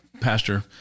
Pastor